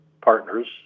partners